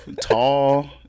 tall